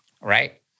right